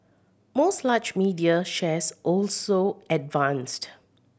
most large media shares also advanced